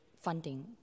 funding